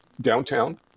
downtown